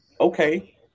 okay